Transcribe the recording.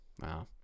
wow